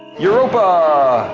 europa!